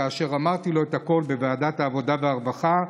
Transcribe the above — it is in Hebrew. כאשר אמרתי לו את הכול בוועדת העבודה והרווחה,